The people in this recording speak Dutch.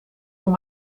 voor